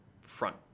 front